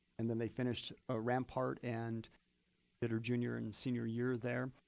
and then they finished ah rampart and did her junior and senior year there.